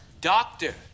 doctor